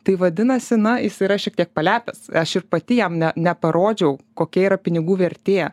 tai vadinasi na jis yra šiek tiek palepęs aš ir pati jam ne neparodžiau kokia yra pinigų vertė